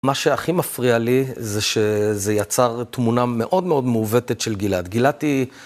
מה שהכי מפריע לי זה שזה יצר תמונה מאוד מאוד מעוותת של גילת. גילת היא...